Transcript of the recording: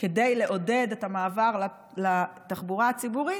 כדי לעודד את המעבר לתחבורה הציבורית.